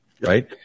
right